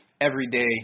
everyday